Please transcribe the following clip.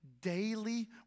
daily